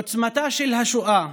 עוצמתה של השואה